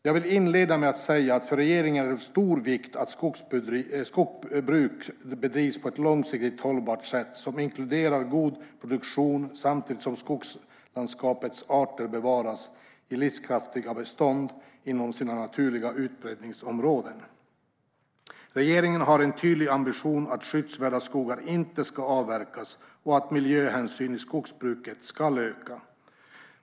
Jag vill inleda med att säga att för regeringen är det av stor vikt att skogsbruk bedrivs på ett långsiktigt hållbart sätt som inkluderar god produktion samtidigt som skogslandskapets arter bevaras i livskraftiga bestånd inom sina naturliga utbredningsområden. Regeringen har en tydlig ambition att skyddsvärda skogar inte ska avverkas och att miljöhänsynen i skogsbruket ska öka.